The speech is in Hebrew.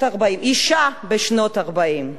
אשה בשנות ה-40,